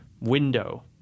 window